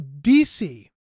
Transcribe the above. DC